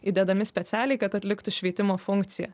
įdedami specialiai kad atliktų šveitimo funkciją